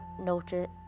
noted